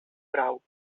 prou